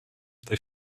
they